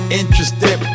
interested